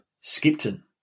Skipton